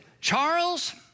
Charles